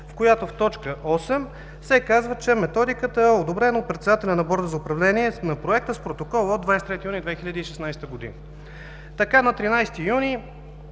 на която се казва, че Методиката е одобрена от председателя на Борда за управление на Проекта с протокол от 23 юни 2016 г. Така на 13 юни